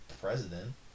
president